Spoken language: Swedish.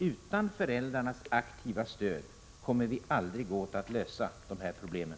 Utan föräldrarnas aktiva stöd kommer vi aldrig åt att lösa de här problemen.